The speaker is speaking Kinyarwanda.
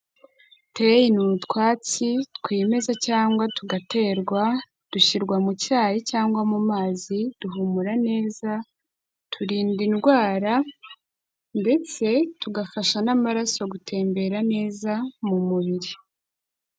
Teyi ni utwatsi twimeza cyangwa tugaterwa, dushyirwa mu cyayi cyangwa mu mazi, duhumura neza, turinda indwara ndetse tugafasha n'amaraso gutembera neza mu mubiri.